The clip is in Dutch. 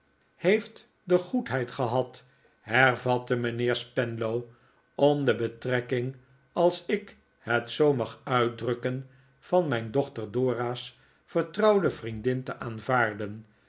heeft de goedheid gehad hervatte mijnheer spenlow om de betrekkine als ik het zoo mag uitdrukken van mijn dochter dora's vertrouwde vriendin te aanvaarden